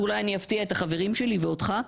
ואולי אני אפתיע את החברים שלי ואותך,